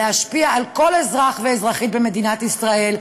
להשפיע על כל אזרח ואזרחית במדינת ישראל,